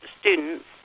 students